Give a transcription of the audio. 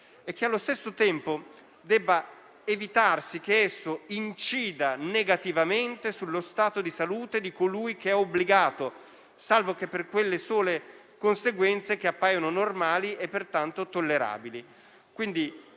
e che, allo stesso tempo, debba evitarsi «che esso incida negativamente sullo stato di salute di colui che è obbligato, salvo che per quelle sole conseguenze che appaiono normali e, pertanto, tollerabili».